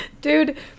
Dude